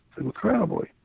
incredibly